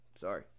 Sorry